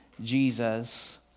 Jesus